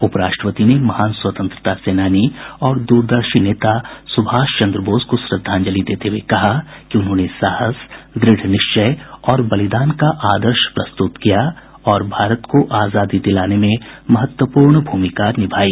उपराष्ट्रपति ने महान स्वतंत्रता सेनानी और द्रदर्शी नेता सुभाष चंद्र बोस को श्रद्धांजलि देते हुये कहा कि उन्होंने साहस द्रढ़ निश्चय और बलिदान का आदर्श प्रस्तुत किया और भारत को आजादी दिलाने में महत्वपूर्ण भूमिका निभायी